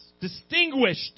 distinguished